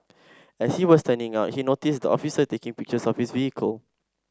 as he was turning out he noticed the officer taking pictures of his vehicle